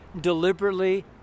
deliberately